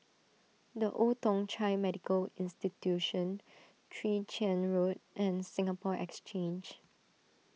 the Old Thong Chai Medical Institution Chwee Chian Road and Singapore Exchange